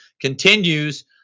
continues